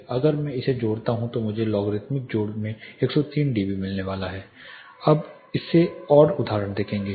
अब अगर मैं इसे जोड़ता हूं तो मुझे लॉगरिदमिक जोड़ में 103 डीबी मिलने वाला है हम इसके और उदाहरण देखेंगे